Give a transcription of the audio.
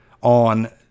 on